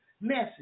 message